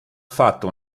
fatto